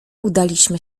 udaliśmy